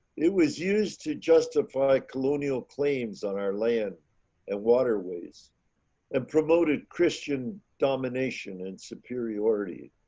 it was used to justify colonial claims on our land and waterways and promoted christian domination and superiority.